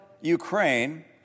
Ukraine